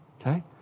Okay